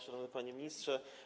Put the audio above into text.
Szanowny Panie Ministrze!